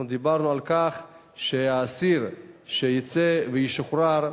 אנחנו דיברנו על כך שכשהאסיר שיצא וישוחרר,